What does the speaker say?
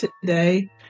today